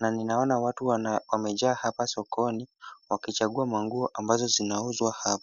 na ninaona watu wamejaa hapa sokoni, wakichagua manguo ambazo zinauzwa hapa.